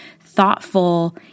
thoughtful